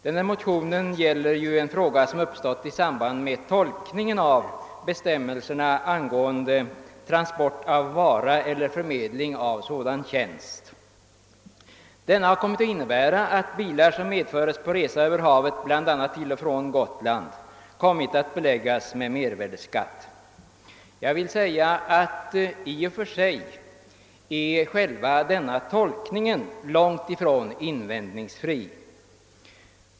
Detta motionspar gäller en fråga som uppstått i samband med tolkningen av bestämmelserna angående transport av vara eller förmedling av sådan tjänst. Denna tolkning har kommit att innebära att bilar som medföres på resa över havet, bl.a. till och från Gotland, kommit att beläggas med mervärdeskatt. I och för sig är denna tolkning inte invändningsfri.